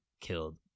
killed